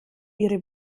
ihre